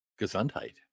Gesundheit